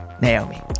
Naomi